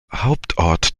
hauptort